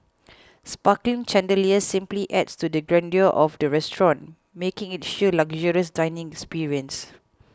sparkling chandeliers simply adds to the grandeur of the restaurant making it a sheer luxurious dining experience